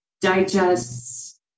digests